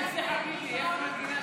יש מנגינה